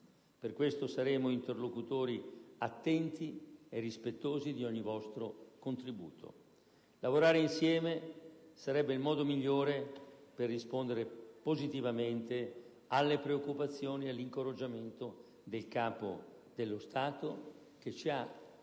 Per questo saremo interlocutori attenti e rispettosi di ogni vostro contributo. Lavorare insieme sarebbe il modo migliore per rispondere positivamente alle preoccupazioni e all'incoraggiamento del Capo dello Stato, che ci ha richiamati